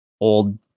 old